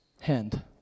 hand